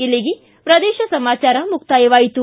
ಇಲ್ಲಿಗೆ ಪ್ರದೇಶ ಸಮಾಚಾರ ಮುಕ್ತಾಯವಾಯಿತು